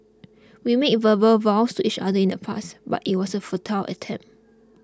we made verbal vows to each other in the past but it was a futile attempt